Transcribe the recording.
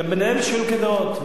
גם ביניהם יש חילוקי דעות,